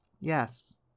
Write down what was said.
yes